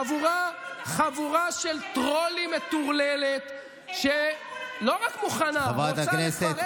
חבורה של טרולים מטורללת, הם לא תרמו